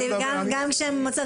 ולכן הצגת בצדק את אותם מבנים